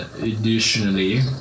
Additionally